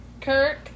Kirk